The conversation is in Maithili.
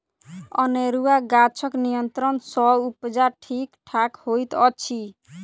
अनेरूआ गाछक नियंत्रण सँ उपजा ठीक ठाक होइत अछि